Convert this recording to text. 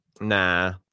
Nah